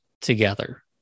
together